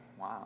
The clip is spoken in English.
Wow